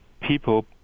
people